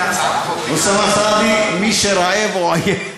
אז תהיו אופטימיים.